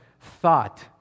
thought